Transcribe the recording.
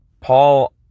Paul